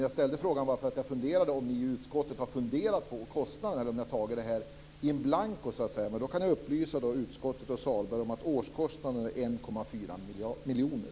Jag ställde frågan bara för att jag undrade om ni i utskottet har funderat på kostnaden eller om ni har tagit det här in blanco. Jag kan då upplysa utskottet och Sahlberg om att årskostnaden är 1,4 miljoner.